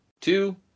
two